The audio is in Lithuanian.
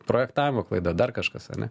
projektavimo klaida dar kažkas ane